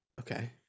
Okay